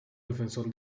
defensor